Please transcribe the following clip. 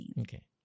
Okay